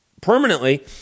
permanently